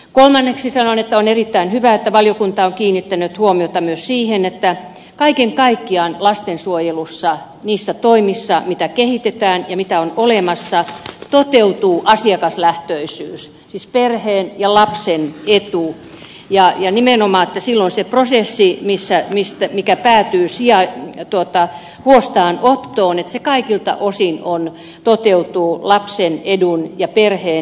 kolmanneksi sanon että on erittäin hyvä että valiokunta on kiinnittänyt huomiota myös siihen että kaiken kaikkiaan lastensuojelussa niissä toimissa mitä kehitetään ja mitä on olemassa toteutuu asiakaslähtöisyys siis perheen ja lapsen etu ja nimenomaan se että silloin se prosessi mikä päätyysia ja tuottaa puolestaan on päätyy huostaanottoon kaikilta osin toteutuu lapsen edun ja perheen edun mukaan